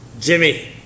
Jimmy